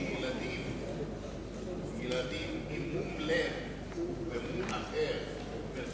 על כך שילדים עם מום לב ומום אחר מרצועת-עזה